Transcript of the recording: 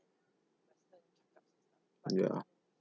ya